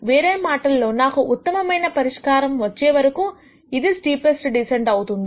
వేరే మాటల్లో నాకు ఉత్తమమైన పరిష్కారం వచ్చేవరకూ ఇది స్టీపెస్ట్ డీసెంట్ అవుతుంది